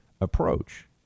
approach